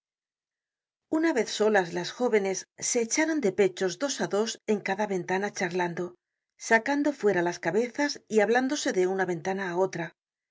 una vez solas las jóvenes se echaron de pechos dos á dos en cada ventana charlando sacando fuera las cahezas y hablándose de una ventana á otra